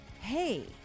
hey